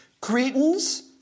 Cretans